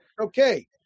Okay